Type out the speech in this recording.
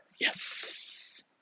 Yes